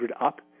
Up